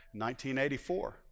1984